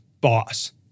boss